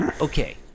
okay